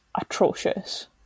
atrocious